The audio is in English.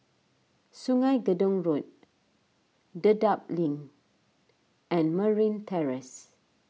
Sungei Gedong Road Dedap Link and Merryn Terrace